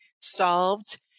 solved